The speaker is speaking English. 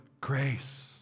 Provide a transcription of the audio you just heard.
grace